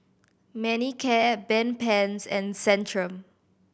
Manicare Bedpans and Centrum